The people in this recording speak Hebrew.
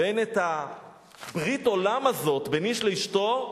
ואין את ברית העולם הזאת בין איש לאשתו,